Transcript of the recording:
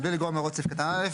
"(ב) בלי לגרוע מהוראות סעיף קטן (א),